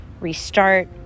restart